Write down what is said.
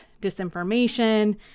disinformation